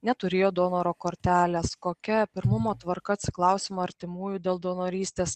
neturėjo donoro kortelės kokia pirmumo tvarka atsiklausiama artimųjų dėl donorystės